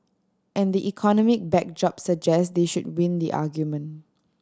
and the economic backdrop suggests they should win the argument